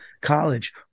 college